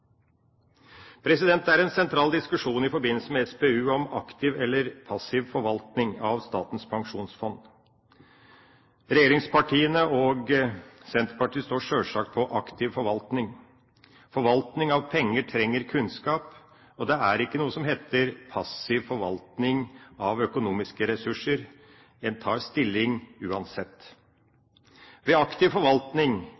Det er en sentral diskusjon i forbindelse med SPU om man skal ha aktiv eller passiv forvaltning av Statens pensjonsfond. Regjeringspartiene og Senterpartiet står sjølsagt på aktiv forvaltning. Forvaltning av penger trenger kunnskap, og det er ikke noe som heter passiv forvaltning av økonomiske ressurser. En tar stilling